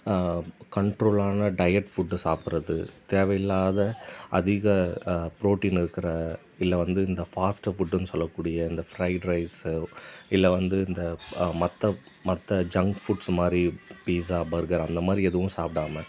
கண்ட்ரோல்லான diet ஃபுட்டை சாப்பிடறது தேவையில்லாத அதிக புரோட்டின்லிருக்குற இல்லை வந்து இந்த ஃபாஸ்டு ஃபுட்டுன்னு சொல்லக் கூடிய இந்த ஃப்ரைட் ரைஸு இல்லை வந்து இந்த மற்ற மற்ற ஜங் ஃபுட்ஸ் மாதிரி பீஸா பர்கர் அந்த மாதிரி எதுவும் சாப்பிடாம